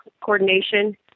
coordination